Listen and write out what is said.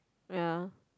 ya